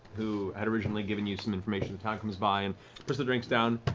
who had originally given you some information. comes by, and puts the drinks down.